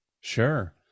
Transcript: sure